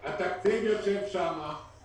התקציב יושב שם.